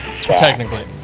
Technically